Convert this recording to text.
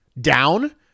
down